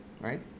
Right